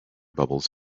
bubbles